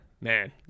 Man